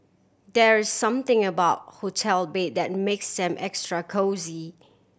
there's something about hotel bed that makes them extra cosy